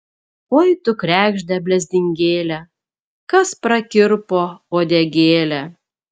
oi tu kregžde blezdingėle kas prakirpo uodegėlę